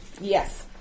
yes